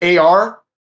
AR